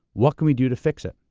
what can we do to fix it,